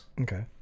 Okay